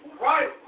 right